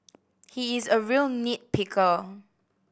he is a real nit picker